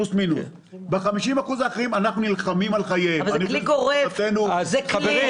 אנחנו נלחמים על חייהם --- אבל זה כלי גורף --- חברים,